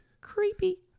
Creepy